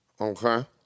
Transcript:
Okay